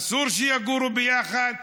אסור שיגורו ביחד,